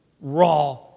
raw